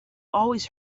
always